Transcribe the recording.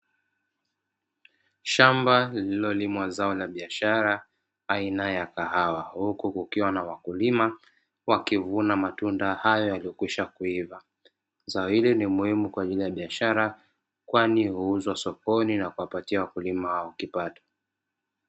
Shamba lililolimwa zao la biashara aina ya kahawa, huku kukiwa na wakilima wakivuna matunda hayo yaliyokwisha kuiva zao hili ni muhimu kwa ajili ya biashara, kwani huuzwa sokoni na kuwapatia wakulima hao kipato.